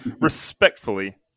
Respectfully